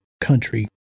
country